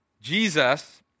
Jesus